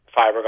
fiberglass